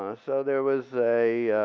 ah so there was a